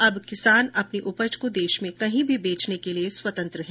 अब किसान अपनी उपज को देश में कहीं भी बेचने को लिए स्वतंत्र है